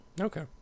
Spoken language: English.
Okay